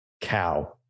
cow